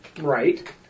right